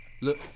Look